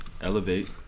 elevate